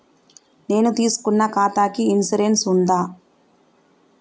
నేను తీసుకున్న ఖాతాకి ఇన్సూరెన్స్ ఉందా?